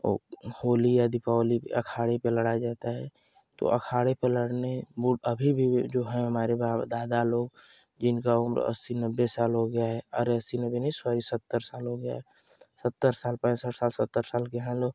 होली या दीपावली पर अखाड़े पर लड़ा जाता है तो अखाड़े पर लड़ने वो अभी भी जो हैं हमारे दादा लोग जिनका उम्र अस्सी नब्बे साल हो गया है अरे अस्सी नब्बे नहीं सॉरी सत्तर साल हो गया है सत्तर साल पैंसठ साल सत्तर साल के हैं लोग